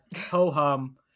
Ho-hum